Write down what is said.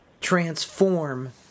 transform